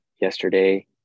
Yesterday